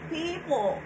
people